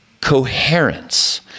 coherence